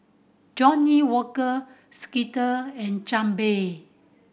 Johnnie Walker Skittle and Chang Beer